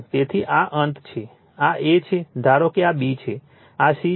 તેથી આ અંત છે આ A છે ધારો કે આ B છે આ C છે